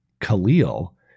Khalil